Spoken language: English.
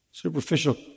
Superficial